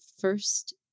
first